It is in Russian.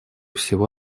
всего